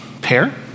pair